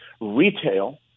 retail